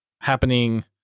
happening